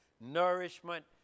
nourishment